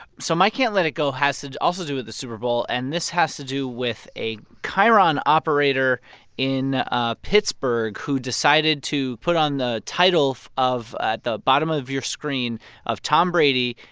so my can't let it go has to also do with the super bowl. and this has to do with a chyron operator in ah pittsburgh who decided to put on the title of at ah the bottom of your screen of tom brady,